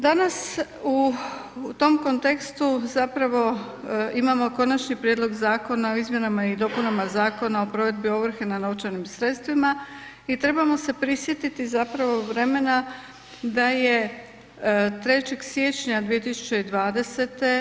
Danas u tom kontekstu zapravo imamo Konačni prijedlog zakona o izmjenama i dopunama Zakona o provedbi ovrhe na novčanim sredstvima i trebamo se prisjetiti zapravo vremena da je 3. siječnja 2020.